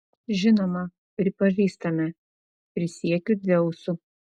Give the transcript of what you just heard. žinoma pripažįstame prisiekiu dzeusu